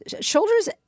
shoulder's